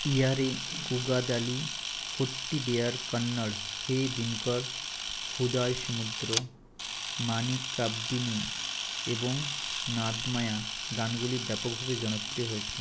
ইয়ারি কুগাদালি হুট্টিডেয়ার কান্নাড় হে দিনকর হুদায় সমুদ্র মানিকাব্যিনী এবং নাদমায়া গানগুলি ব্যাপকভাবে জনপ্রিয় হয়েছিলো